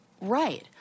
Right